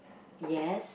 yes